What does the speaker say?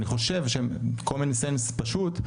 אני חושב ש-common sense פשוט,